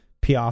PR